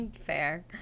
Fair